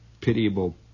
pitiable